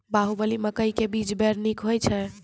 बाहुबली मकई के बीज बैर निक होई छै